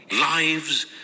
lives